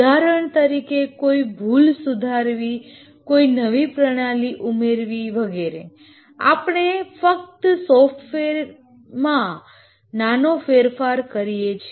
ઉદાહરણ તરીકે કોઈ ભૂલ સુધારવી કોઈ નવી ફંકશનાલીટી ઉમેરવી વગેરે આપણે ફક્ત સોફ્ટવેરમાં નાનો ફેરફાર કરીએ છીએ